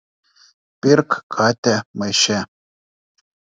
pirk katę maiše